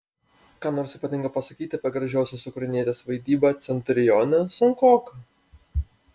ką nors ypatinga pasakyti apie gražiosios ukrainietės vaidybą centurione sunkoka